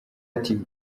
ati